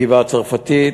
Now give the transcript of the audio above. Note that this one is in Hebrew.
הגבעה-הצרפתית,